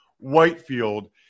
Whitefield